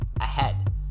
ahead